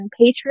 Patreon